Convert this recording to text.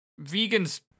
Vegans